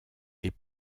est